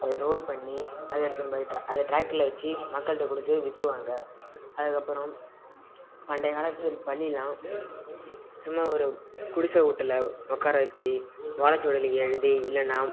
அதை ரோல் பண்ணி அதை எடுத்துன்னு போய்ட்டு அதை டிராக்டரில் வச்சு மக்கள்கிட்ட கொடுத்து வித்துடுவாங்க அதுக்கப்பபுறம் பண்டைய காலத்து பள்ளிலாம் சும்மா ஒரு குடிசை வீட்டுல உக்கார வச்சு ஓலச்சுவடியில் எழுதி இல்லைன்னா